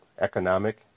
economic